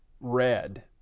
Red